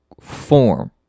form